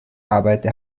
arbeite